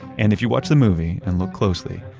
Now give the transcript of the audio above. and if you watch the movie and look closely,